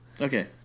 Okay